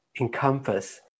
encompass